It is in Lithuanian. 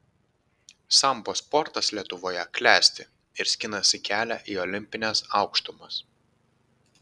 sambo sportas lietuvoje klesti ir skinasi kelią į olimpines aukštumas